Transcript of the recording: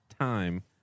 time